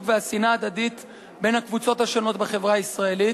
והשנאה ההדדית בין הקבוצות השונות בחברה הישראלית.